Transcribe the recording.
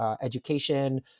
education